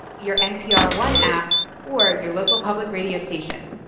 your npr one app or your local public radio station.